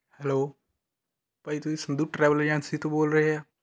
hello ਭਾਅ ਜੀ ਤੁਸੀਂ ਸੰਧੂ ਟਰੈਵਲ ਏਜੰਸੀ ਤੋਂ ਬੋਲ ਰਹੇ ਹਾਂ